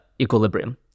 equilibrium